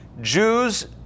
Jews